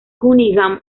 cunningham